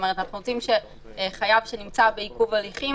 אנחנו רוצים שחייב שנמצא בעיכוב הליכים